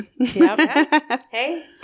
Hey